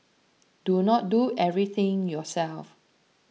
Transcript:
do not do everything yourself